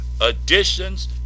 additions